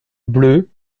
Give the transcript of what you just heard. bleue